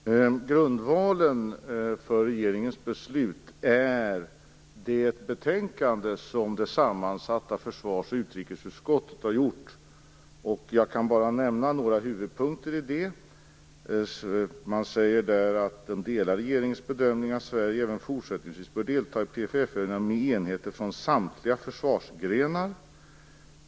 Fru talman! Grundvalen för regeringens beslut är det betänkande som det sammansatta försvars och utrikesutskottet har gjort. Jag kan nämna några huvudpunkter i det. Utskottet säger där att man delar regeringens bedömning att Sverige även fortsättningsvis bör delta i PFF-övningar med enheter från samtliga försvarsgrenar.